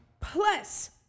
plus